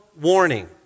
warning